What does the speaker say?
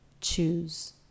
choose